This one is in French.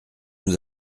nous